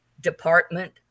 Department